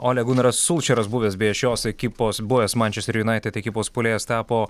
olė gunaras sulčeras buvęs beje šios ekipos buvęs mančester junaitid ekipos puolėjas tapo